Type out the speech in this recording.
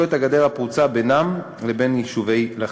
את הגדר הפרוצה שבינם לבין יישובי לכיש.